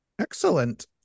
Excellent